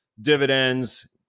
dividends